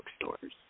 bookstores